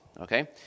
okay